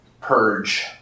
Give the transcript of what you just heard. purge